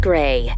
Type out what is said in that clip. Gray